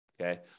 okay